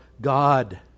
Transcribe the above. God